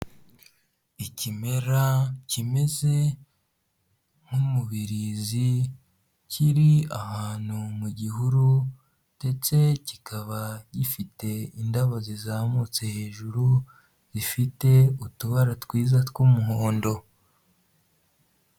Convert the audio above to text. Ikimera kimeze nk'umubirizi, kiri ahantu mu gihuru ndetse kikaba gifite indabo zizamutse hejuru, zifite utubara twiza tw'umuhondo.